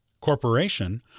corporation